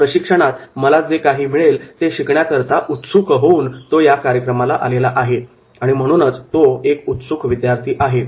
या प्रशिक्षणात मला जे काही मिळेल ते शिकण्याकरता उत्सुक होऊन तो या कार्यक्रमाला आलेला आहे आणि म्हणूनच तो एक उत्सुक विद्यार्थी आहे